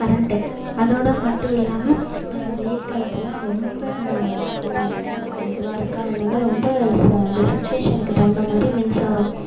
current அதோடு மட்டும் இல்லாமல் வெயில் காலத்துலலாம் ரொம்ப இந்த இதுவாக இருக்குது அதனால் ரொம்ப ச அந்த சுச்சுவேஷனுக்கு தகுந்தா மாதிரி மின்சாரம்